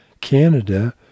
Canada